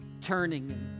turning